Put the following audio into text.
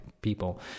people